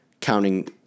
counting